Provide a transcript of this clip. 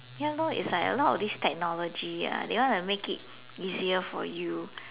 ya lor is like a lot of this technology ah they want to make it easier for you